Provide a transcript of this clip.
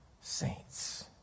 saints